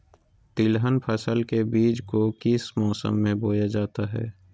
तिलहन फसल के बीज को किस मौसम में बोया जाता है?